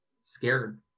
scared